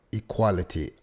equality